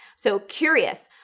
so curious,